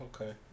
Okay